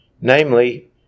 namely